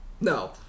No